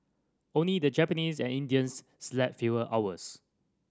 only the Japanese and Indians slept fewer hours